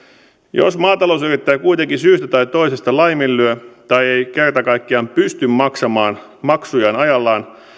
jos maatalousyrittäjä kuitenkin syystä tai toisesta laiminlyö maksujaan tai ei kerta kaikkiaan pysty maksamaan niitä ajallaan